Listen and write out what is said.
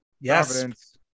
Yes